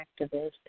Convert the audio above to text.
activist